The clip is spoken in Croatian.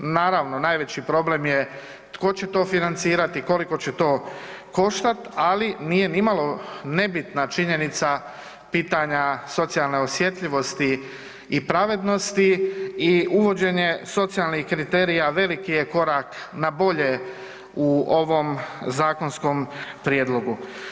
Naravno najveći problem je tko će to financirati, koliko će to koštati, ali nije nimalo nebitna činjenica pitanja socijalne osjetljivosti i pravednosti i uvođenje socijalnih kriterija veliki je korak na bolje u ovom zakonskom prijedlogu.